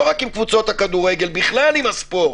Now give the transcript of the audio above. לא רק עם קבוצות הכדורגל, בכלל עם הספורט.